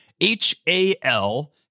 H-A-L-